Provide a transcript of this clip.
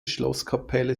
schlosskapelle